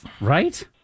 Right